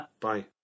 Bye